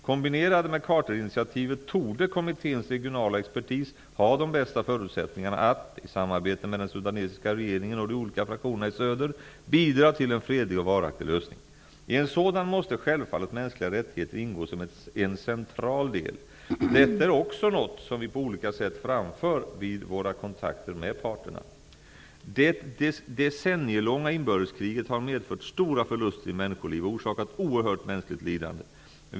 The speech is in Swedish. Kombinerade med Carterinitiativet torde kommitténs regionala expertis ha de bästa förutsättningarna att, i samarbete med den sudanesiska regeringen och de olika fraktionerna i söder, bidra till en fredlig och varaktig lösning. I en sådan måste självfallet mänskliga rättigheter ingå som en central del. Detta är också något som vi på olika sätt framför vid våra kontakter med parterna. Det decennielånga inbördeskriget har medfört stora förluster i människoliv och orsakat oerhört mänskligt lidande.